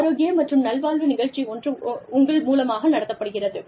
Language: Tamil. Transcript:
ஆரோக்கிய மற்றும் நலவாழ்வு நிகழ்ச்சி ஒன்று உங்கள் மூலமாக நடத்தப்படுகிறது